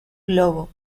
globo